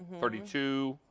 thirty to,